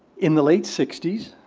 in the late sixty s,